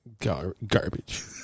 garbage